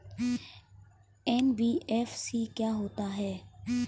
NBFC क्या होता है?